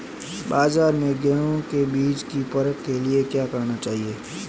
बाज़ार में गेहूँ के बीज की परख के लिए क्या करना चाहिए?